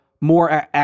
more